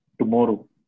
tomorrow